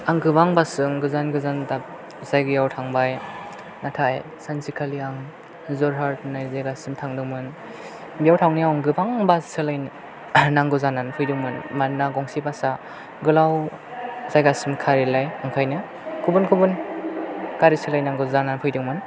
आं गोबां बास जों गोजान गोजान जायगायाव थांबाय नाथाय सानसेखालि आं जरहाट होननाय जायगासिम थांदोंमोन बेयाव थांनायाव आं गोबां बास सोलायनांगौ जानानै फैदोंमोन मानोना गंसे बास आ गोलाव जायगासिम खारैलाय बेनिखायनो गुबुन गुबुन गारि सोलायनांगौ जानानै फैदोंमोन